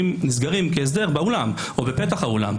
נסגרים בהסדר באולם או בפתח האולם,